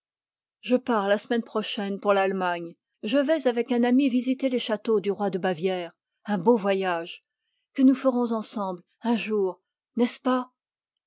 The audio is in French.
je pars la semaine prochaine pour l'allemagne je vais avec un ami visiter les châteaux du roi de bavière un beau voyage que nous ferons ensemble un jour n'est-ce pas